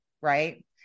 right